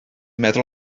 meddwl